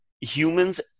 humans